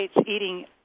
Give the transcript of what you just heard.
eating